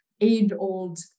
age-old